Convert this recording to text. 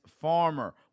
Farmer